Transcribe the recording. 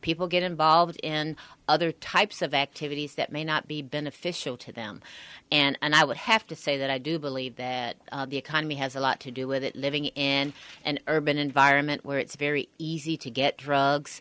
people get involved in other types of activities that may not be beneficial to them and i would have to say that i do believe that the economy has a lot to do with it living in an urban environment where it's very easy to get drugs